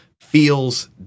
feels